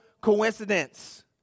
coincidence